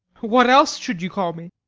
what else should you call me?